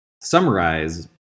summarize